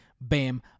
Bam